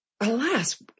Alas